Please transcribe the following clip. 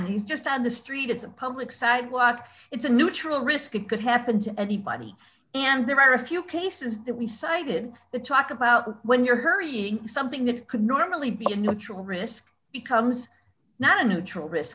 command he's just on the street it's a public sidewalk it's a neutral risk it could happen to anybody and there are a few cases that we cited the talk about when you're hurrying something that could normally be a neutral risk becomes not a neutral risk